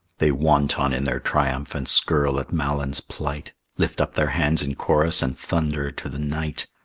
they wanton in their triumph, and skirl at malyn's plight lift up their hands in chorus, and thunder to the night.